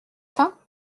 faim